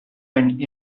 and